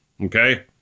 Okay